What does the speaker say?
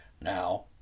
now